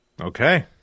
Okay